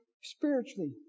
spiritually